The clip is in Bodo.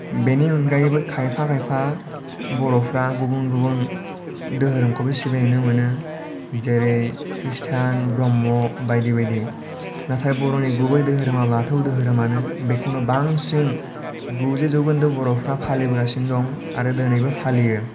बेनि अनगायैबो खायफा खायफा बर'फ्रा गुबुन गुबुन धोरोमखौबो सिबिनाय नुनो मोनो जेरै ख्रस्टान ब्रह्म बायदि बायदि नाथाय बर'नि गुबै धोरोमा बाथौ धोरोमानो बेखौनो बांसिन गुजि जौखोन्दो बर'फोरा फालिबोगासिनो दं आरो दिनैबो फालियो